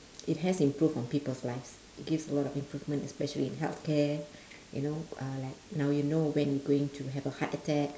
it has improve on people's lives it gives a lot improvement especially in healthcare you know uh like now you know when going to have a heart attack